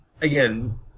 again